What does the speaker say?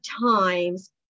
times